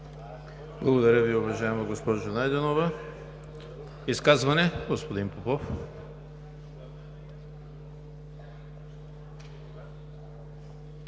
Благодаря Ви, уважаема госпожо Найденова. Изказване – господин Попов.